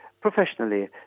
professionally